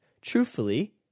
truthfully